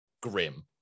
grim